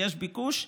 ויש ביקוש,